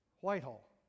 Whitehall